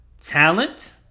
talent